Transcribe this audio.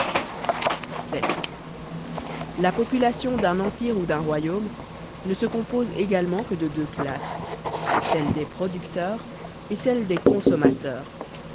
vii la population d'un empire ou d'un royaume ne se compose également que de deux classes celle des producteurs et celle des consommateurs